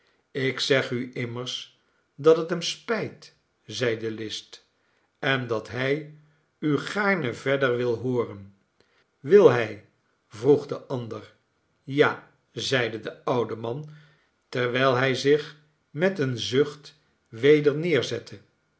ik zeg u immers dat het hem spijt zeide list en dat hij u gaarne verder wil hooren wil hij vroeg de ander ja i zeide de oude man terwijl hij zich met een zucht weder neerzette